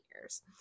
years